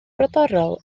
brodorol